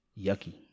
Yucky